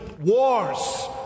Wars